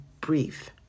brief